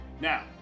Now